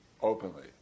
openly